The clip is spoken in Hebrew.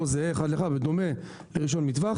זה לא זהה אחד לאחד אבל בדומה לרישיון מטווח.